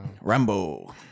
Rambo